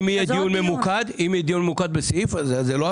אם יהיה דיון ממוקד בסעיף הזה.